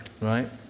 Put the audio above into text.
right